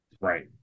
Right